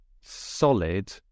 solid